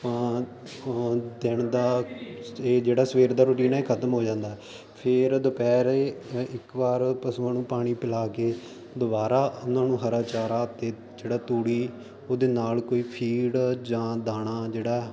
ਦਿਨ ਦਾ ਇਹ ਜਿਹੜਾ ਸਵੇਰ ਦਾ ਰੋਟੀਨ ਖਤਮ ਹੋ ਜਾਂਦਾ ਫੇਰ ਦੁਪਹਿਰ ਇੱਕ ਵਾਰ ਪਸ਼ੂ ਨੂੰ ਪਾਣੀ ਪਿਲਾ ਕੇ ਦੁਬਾਰਾ ਉਹਨਾਂ ਨੂੰ ਹਰਾ ਚਾਰਾ ਤੇ ਜਿਹੜਾ ਤੂੜੀ ਉਹਦੇ ਨਾਲ ਕੋਈ ਫੀਡ ਜਾਂ ਦਾਣਾ ਜਿਹੜਾ